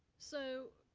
so,